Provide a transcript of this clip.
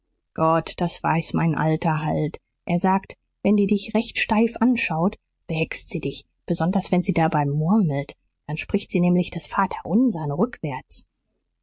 gott das weiß mein alter halt er sagt wenn die dich recht steif anschaut behext sie dich besonders wenn sie dabei murmelt dann spricht sie nämlich das vaterunser rückwärts